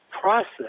process